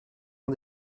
est